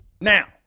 Now